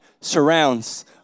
surrounds